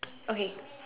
okay